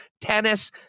tennis